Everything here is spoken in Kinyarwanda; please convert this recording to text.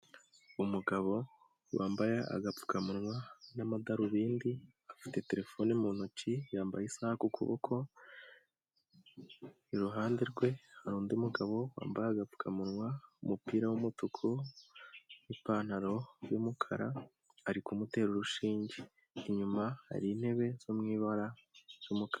Umugabo wambaye agapfukamunwa n'amadarubindi, afite telefone mu ntoki, yambaye isaha ku kuboko, iruhande rwe hari undi mugabo wambaye agapfukamunwa, umupira w'umutuku, ipantaro y'umukara ari kumutera urushinge. Inyuma hari intebe zo mu ibara ry'umukara.